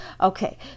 Okay